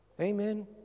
Amen